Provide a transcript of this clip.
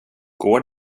går